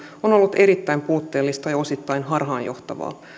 on on ollut erittäin puutteellista ja osittain harhaanjohtavaa